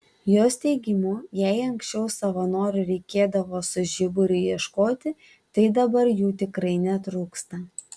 jos teigimu jei anksčiau savanorių reikėdavo su žiburiu ieškoti tai dabar jų tikrai netrūksta